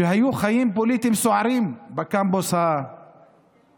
שהיו חיים פוליטיים סוערים בקמפוס האוניברסיטה